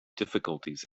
difficulties